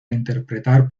interpretar